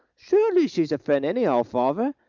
surely she's a friend anyhow, father.